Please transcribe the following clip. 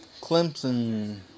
Clemson